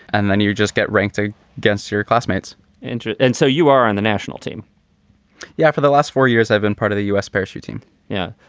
and then you just get ranked, ah gets your classmates interested and so you are on the national team yeah. for the last four years, i've been part of the u s. parachute team yeah.